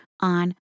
on